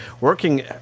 working